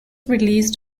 released